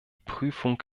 prüfung